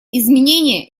изменения